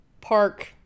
park